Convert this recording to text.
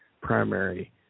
primary